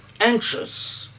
anxious